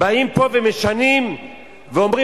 באים פה ומשנים ואומרים,